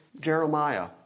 Jeremiah